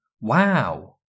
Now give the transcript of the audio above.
Wow